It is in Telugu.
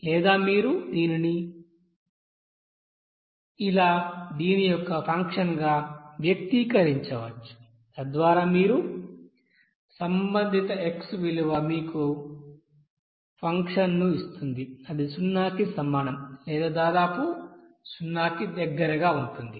లేదా మీరు దీనిని యొక్క ఫంక్షన్గా వ్యక్తీకరించవచ్చు తద్వారా మీ సంబంధిత x విలువ మీకు ఫంక్షన్ను ఇస్తుంది అది 0 కి సమానం లేదా దాదాపు 0 కి దగ్గరగా ఉంటుంది